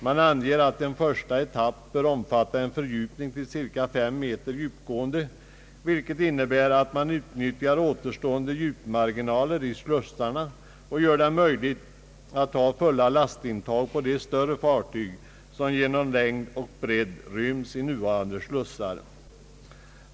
Man anger att en första etapp bör omfatta en fördjupning till cirka 53 meter, vilket innebär att man utnyttjar återstående djupmarginaler i slussarna och gör det möjligt att ta fulla lastintag på de större fartyg som med sin längd och bredd ryms i nuvarande slussar.